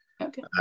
Okay